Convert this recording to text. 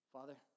Father